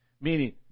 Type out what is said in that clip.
meaning